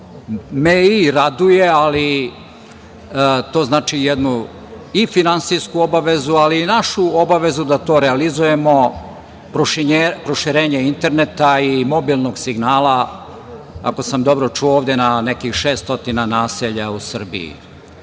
me i raduje, ali to znači jednu i finansijsku obavezu ali i našu obavezu da to realizujemo, proširenje interneta i mobilnog signala, ako sam dobro čuo ovde na nekih 600 naselja u Srbiji.